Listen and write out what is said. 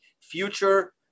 future